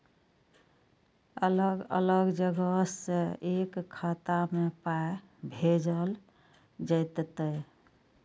अलग अलग जगह से एक खाता मे पाय भैजल जेततै?